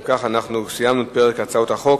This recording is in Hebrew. אם כך, אנחנו סיימנו את פרק הצעות החוק.